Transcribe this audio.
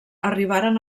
arribaren